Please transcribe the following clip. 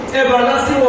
everlasting